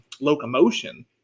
locomotion